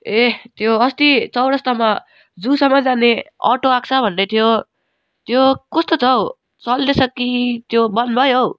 ए त्यो अस्ति चौरस्तामा जूसम्म जाने अटो आएको छ भन्दै थियो त्यो कस्तो छ हौ चल्दै छ कि त्यो बन्द भयो हौ